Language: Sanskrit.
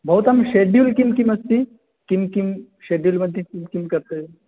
भवतां षेड्यूल् किं किम् अस्ति किं किं षेड्यूल् मध्ये किं किं कर्तव्यं